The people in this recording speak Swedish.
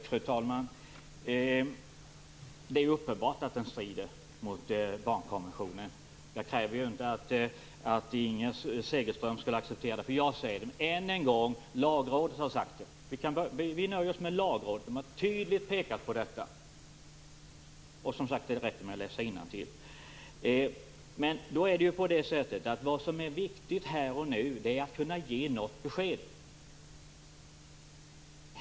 Fru talman! Det är uppenbart att propositionen strider mot barnkonventionen. Jag kräver inte att Inger Segelström skall acceptera detta bara för att jag säger så. Men Lagrådet har sagt så. Vi nöjer oss med att Lagrådet tydligt har pekat på detta. Det räcker med att läsa innantill. Det som är viktigt här och nu är att kunna ge besked.